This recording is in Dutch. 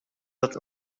dat